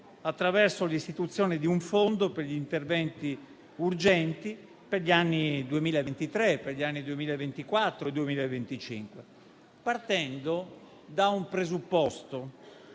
attraverso l'istituzione di un fondo per gli interventi urgenti per gli anni 2023, 2024 e 2025, partendo da un presupposto